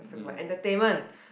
mm